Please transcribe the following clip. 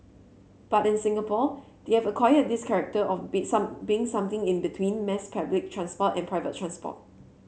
but in Singapore they've acquired this character of be some being something in between mass public transport and private transport